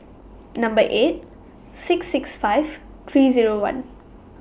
Number eight six six five three Zero one